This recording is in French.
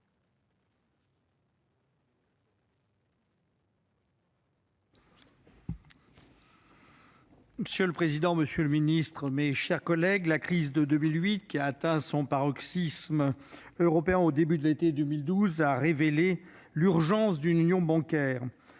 Monsieur le président, monsieur le secrétaire d'État, mes chers collègues, la crise de 2008, qui a atteint son paroxysme en Europe au début de l'été 2012, a révélé l'urgence d'une union bancaire.